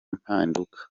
impinduka